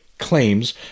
claims